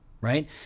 right